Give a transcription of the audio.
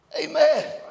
Amen